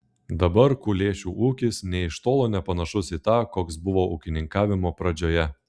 dabar kulėšių ūkis nė iš tolo nepanašus į tą koks buvo ūkininkavimo pradžioje